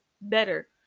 better